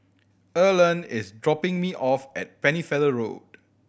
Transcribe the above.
Earlean is dropping me off at Pennefather Road